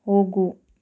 ಹೋಗು